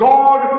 God